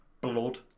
blood